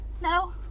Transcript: No